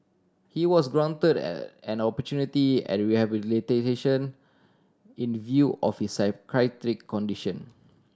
he was granted an an opportunity at rehabilitation in view of his psychiatric condition